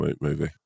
movie